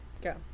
Go